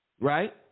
Right